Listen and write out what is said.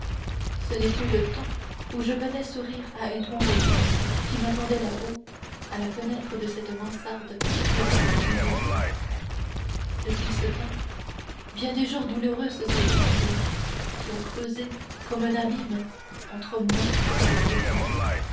ce n'est plus le temps où je venais sourire à edmond dantès qui m'attendait là-haut à la fenêtre de cette mansarde qu'habitait son vieux père depuis ce temps bien des jours douloureux se sont écoulés qui ont creusé comme un abîme entre moi et ce temps